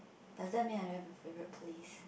doesn't mean I don't have a favourite place